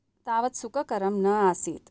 तावत् सुखकरं न आसीत्